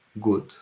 good